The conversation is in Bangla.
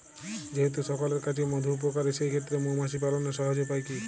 যেহেতু সকলের কাছেই মধু উপকারী সেই ক্ষেত্রে মৌমাছি পালনের সহজ উপায় কি?